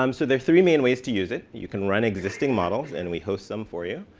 um so there are three main ways to use it. you can run existing models, and we host some for you.